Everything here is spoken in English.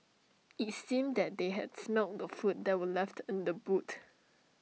IT seemed that they had smelt the food that were left in the boot